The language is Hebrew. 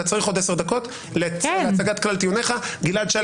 אתה צריך עוד 10 דקות להצגת כלל טיעוניך, בבקשה.